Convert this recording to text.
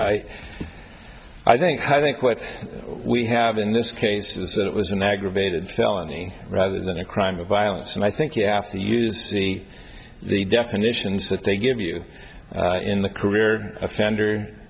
and i think i think what we have in this case is that it was an aggravated felony rather than a crime of violence and i think you have to use the the definitions that they give you in the career offender